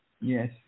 Yes